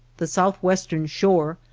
the southwestern shore,